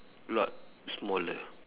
lot smaller